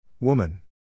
Woman